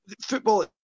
football